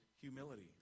humility